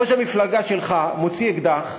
ראש המפלגה שלך מוציא אקדח,